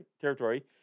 territory